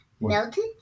Melted